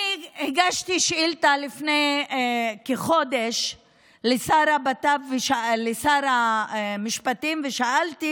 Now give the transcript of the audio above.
אני הגשתי שאילתה לפני כחודש לשר המשפטים ושאלתי